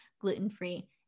gluten-free